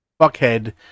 fuckhead